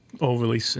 overly